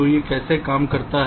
तो यह कैसे काम करता है